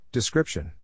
Description